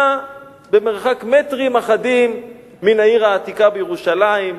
במרחק מטרים אחדים מן העיר העתיקה בירושלים,